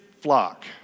flock